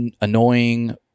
annoying